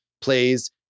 plays